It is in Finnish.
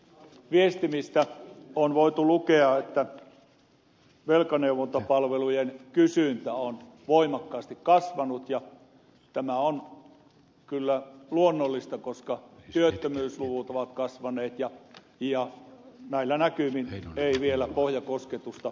viestimistä on voitu lukea että velkaneuvontapalvelujen kysyntä on voimakkaasti kasvanut ja tämä on kyllä luonnollista koska työttömyysluvut ovat kasvaneet ja näillä näkymin ei vielä pohjakosketusta ole saatu